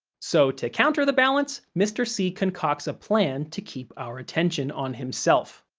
so, to counter the balance, mr. c concocts a plan to keep our attention on himself.